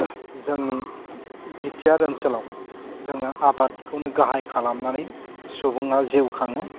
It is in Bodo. जोंनि बिटिआर ओनसोलाव जोङो आबादखौनो गाहाय खालामनानै सुबुंआ जिउ खाङो